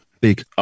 big